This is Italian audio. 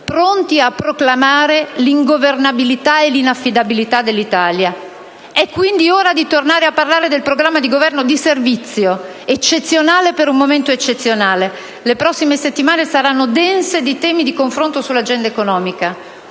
pronti a proclamare l'ingovernabilità e l'inaffidabilità dell'Italia». È quindi ora di tornare a parlare del programma di un Governo di servizio, eccezionale per un momento eccezionale. Le prossime settimane saranno dense di temi di confronto sull'agenda economica.